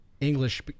English